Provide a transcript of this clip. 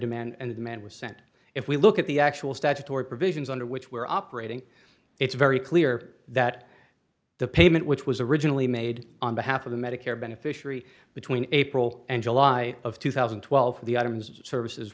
demand and the demand was sent if we look at the actual statutory provisions under which we're operating it's very clear that the payment which was originally made on behalf of the medicare beneficiary between april and july of two thousand and twelve the items services